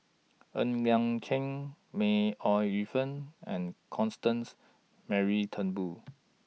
Ng Liang Chiang May Ooi Yu Fen and Constance Mary Turnbull